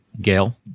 Gail